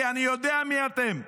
כי אני יודע מי אתם.